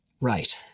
Right